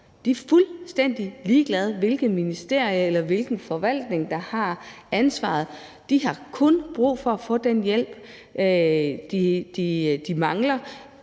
er fuldstændig ligeglade med, hvilket ministerie eller hvilken forvaltning der har ansvaret; de har kun brug for at få den hjælp, de mangler